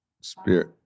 spirit